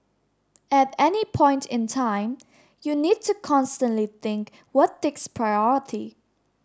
at any point in time you need to constantly think what takes priority